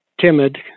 timid